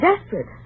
desperate